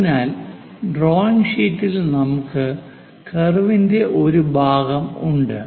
അതിനാൽ ഡ്രോയിംഗ് ഷീറ്റിൽ നമുക്ക് കർവിന്റെ ഒരു ഭാഗം ഉണ്ട്